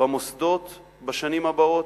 במוסדות בשנים הבאות,